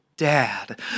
dad